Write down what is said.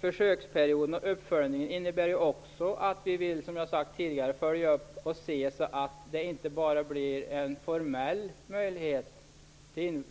Försöksperiod och uppföljning innebär också att man skall följa upp och se så att det inte bara blir en formell möjlighet till